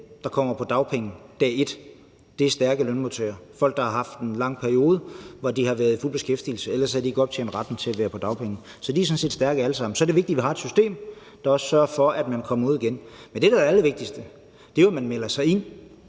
der kommer på dagpenge dag et, er stærke lønmodtagere – folk, der har været i fuld beskæftigelse i en lang periode, for ellers havde de ikke optjent retten til at være på dagpenge. Så de er sådan set stærke alle sammen. Så er det vigtigt, at vi har et system, der også sørger for, at man kommer ud igen. Men det, der er det allervigtigste, er jo, at man melder sig ind,